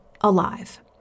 alive